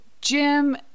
Jim